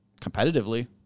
competitively